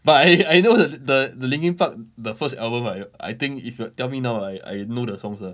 but I I know the the the linkin park the first album like I think if you tell me now I I know the songs lah